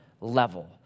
level